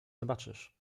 zobaczysz